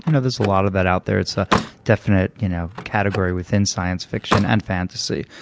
you know there's a lot of that out there. it's a definite you know category within science fiction and fantasy.